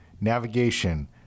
navigation